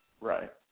Right